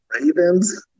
Ravens